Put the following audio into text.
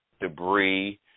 debris